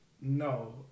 No